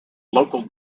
local